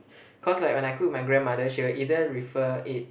cause like when I cook with my grandmother she will either refer it